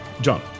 John